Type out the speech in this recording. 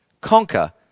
conquer